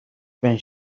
байна